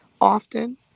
Often